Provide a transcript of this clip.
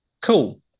Cool